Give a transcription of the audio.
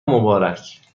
مبارک